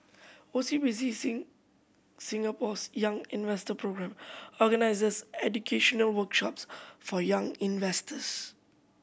O C B C Singapore's Young Investor Programme organizes educational workshops for young investors